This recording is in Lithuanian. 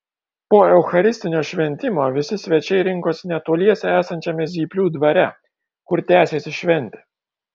po eucharistinio šventimo visi svečiai rinkosi netoliese esančiame zyplių dvare kur tęsėsi šventė